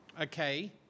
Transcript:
okay